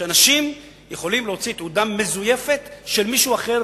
שאנשים יכולים להוציא תעודה מזויפת של מישהו אחר,